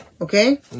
Okay